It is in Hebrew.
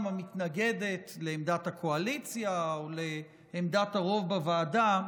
המתנגדת לעמדת הקואליציה או לעמדת הרוב בוועדה,